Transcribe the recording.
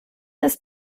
ist